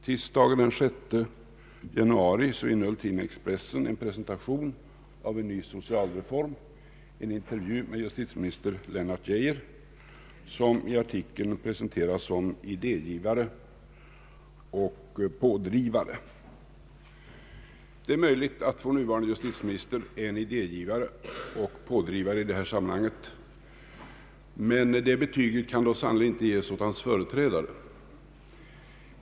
Tisdagen den 6 januari innehöll tidningen Expressen en presentation av en ny socialreform, en intervju med justitieminister Lennart Geijer, som i artikeln presenterades som idégivare och pådrivare. Det är möjligt att vår nuvarande justitieminister är en idégivare och pådrivare i detta sammanhang, men det betyget kan då sannerligen inte ges åt hans företrädare.